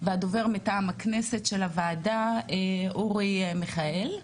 והדובר מטעם הכנסת של הוועדה, אורי מיכאל.